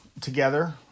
together